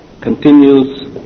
continues